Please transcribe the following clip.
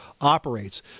operates